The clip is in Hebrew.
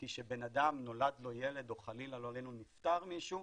כי כשלבן אדם נולד ילד או חלילה לא עלינו נפטר מישהו,